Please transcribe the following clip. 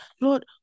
Lord